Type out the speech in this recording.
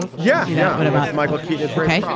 yeah yeah. what about michael keaton his work.